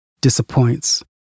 disappoints